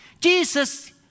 Jesus